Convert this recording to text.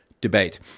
debate